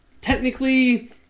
technically